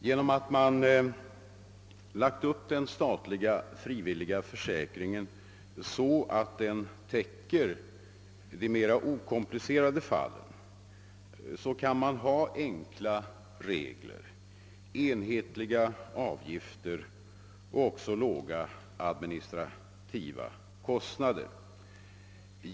Genom att den statliga frivilliga försäkringen lagts upp så, att den täcker de mera okomplicerade fallen kan man i denna ha enkla regler, enhetliga avgifter och även låga administrativa kostnader.